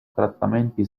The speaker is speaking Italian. trattamenti